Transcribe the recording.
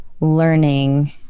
learning